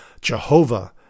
Jehovah